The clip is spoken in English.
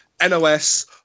NOS